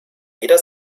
jeder